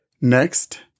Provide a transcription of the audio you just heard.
next